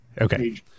Okay